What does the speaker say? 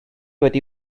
wedi